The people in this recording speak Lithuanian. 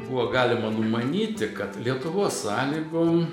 buvo galima numanyti kad lietuvos sąlygom